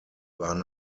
waren